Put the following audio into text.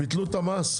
ביטלו את המס,